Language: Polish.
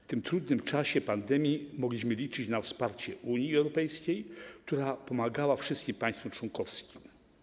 W tym trudnym czasie pandemii mogliśmy liczyć na wsparcie Unii Europejskiej, która pomagała wszystkim państwom członkowskim.